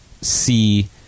see